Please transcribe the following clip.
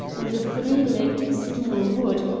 and a three-legged stool would,